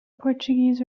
portuguese